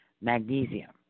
magnesium